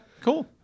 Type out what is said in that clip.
cool